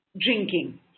drinking